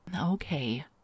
Okay